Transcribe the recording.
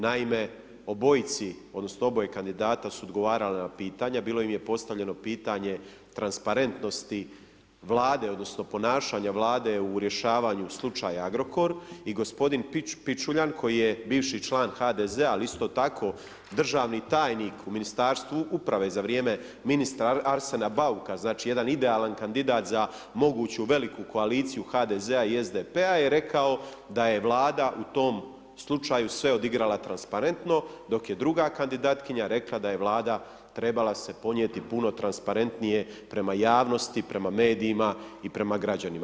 Naime, obojici, odnosno, oboje kandidata, su odgovarala na pitanja, bilo im je postavljeno pitanje transparentnosti Vlade, odnosno, ponašanje vlade, u rješavanju slučaj Agrokor i gospodin Pičuljan, koji je bivši član HDZ-a, ali isto tako državni tajnik u Ministarstvu uprave, za vrijeme ministra Arsena Bauka, znači jedan idealan kandidata za moguću veliku koaliciju HDZ-a i SDP-a je rekao da je vlada u tom slučaju sve odigrala transparentno, dok ej druga kandidatkinja rekla da je vlada trebala se podnijeti puno transparentnije, prema javnosti, prema medijima i prema građanima.